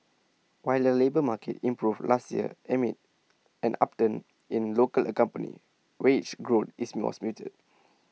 while the labour market improved last year amid an upturn in local economy wage growth is was muted